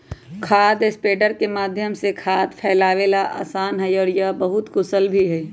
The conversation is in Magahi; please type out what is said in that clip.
खाद स्प्रेडर के माध्यम से खाद फैलावे ला आसान हई और यह बहुत कुशल भी हई